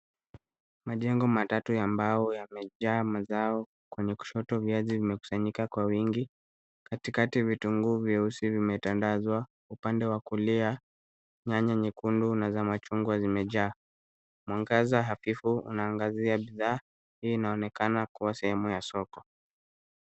Majengo matatu ya mbao yamejaa mazao. Kwenye kushoto viazi vimekusanyika kwa wingi, katikati vitunguu vyeusi vimetandazwa, upande wa kulia nyanya nyekundu na za machungwa zimejaa. Mwangaza hafifu unaangazia bidhaa, hii inaonekana kuwa sehemu ya soko.